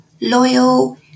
loyal